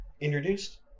introduced